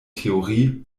theorie